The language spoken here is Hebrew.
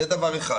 זה דבר אחד.